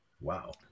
wow